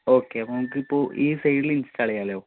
okay അപ്പോൾ നമുക്ക് ഇപ്പോൾ ഈ സൈഡിൽ ഇൻസ്റ്റാള് ചെയ്യാലോ